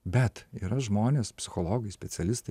bet yra žmonės psichologai specialistai